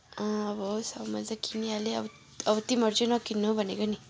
अब होस् अब मैले त किनिहालेँ अब तिमीहरू चाहिँ नकिन्नु भनेको नि